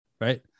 right